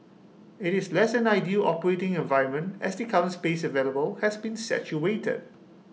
IT is less than ideal operating environment as the current space available has been saturated